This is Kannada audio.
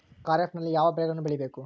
ಖಾರೇಫ್ ನಲ್ಲಿ ಯಾವ ಬೆಳೆಗಳನ್ನು ಬೆಳಿಬೇಕು?